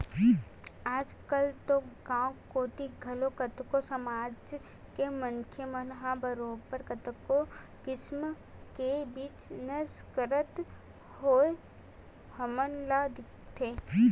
आजकल तो गाँव कोती घलो कतको समाज के मनखे मन ह बरोबर कतको किसम के बिजनस करत होय हमन ल दिखथे